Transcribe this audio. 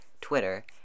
Twitter